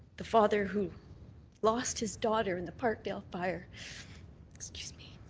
the father who lost his daughter in the parkdale fire excuse me.